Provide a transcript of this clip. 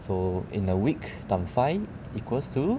so in a week times five equals to